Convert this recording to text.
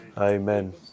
Amen